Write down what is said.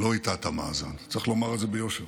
היטה את המאזן, צריך לומר את זה ביושר.